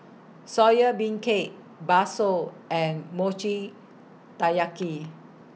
Soya Beancurd Bakso and Mochi Taiyaki